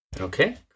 Okay